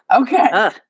Okay